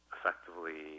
Effectively